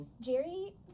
Jerry